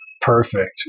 perfect